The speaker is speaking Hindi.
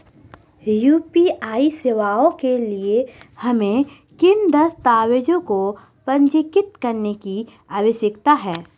यू.पी.आई सेवाओं के लिए हमें किन दस्तावेज़ों को पंजीकृत करने की आवश्यकता है?